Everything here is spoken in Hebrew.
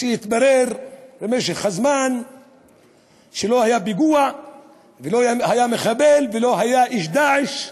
שהתברר במשך הזמן שלא היה פיגוע ולא היה מחבל ולא היה איש "דאעש",